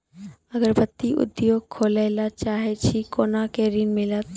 अगरबत्ती उद्योग खोले ला चाहे छी कोना के ऋण मिलत?